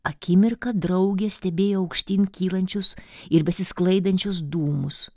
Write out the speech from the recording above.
akimirką draugė stebėjo aukštyn kylančius ir besisklaidančius dūmus